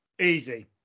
Easy